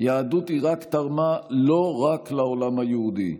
יהדות עיראק תרמה לא רק לעולם היהודי,